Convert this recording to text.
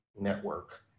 network